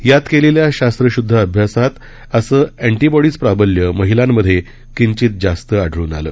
यात केलेल्या शास्त्रशुद्ध अभ्यासात असं ऍन्टीटबॉडीज प्राबल्य महिलांमध्ये किंचित जास्त आढळून आलं